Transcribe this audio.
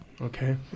Okay